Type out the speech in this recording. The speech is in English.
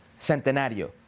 Centenario